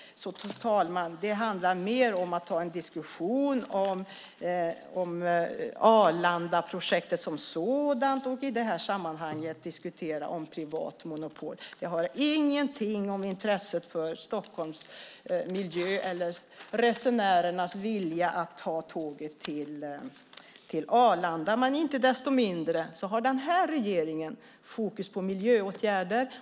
Det handlar mer om att ta en diskussion om Arlandaprojektet som sådant och i detta sammanhang diskutera om privat monopol. Det har ingenting att göra med intresset för Stockholms miljö eller resenärernas vilja att ta tåget till Arlanda. Men inte desto mindre har denna regering fokus på miljöåtgärder.